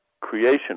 creation